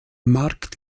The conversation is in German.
markt